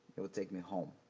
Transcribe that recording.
it would take me home.